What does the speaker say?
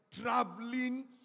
traveling